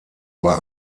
war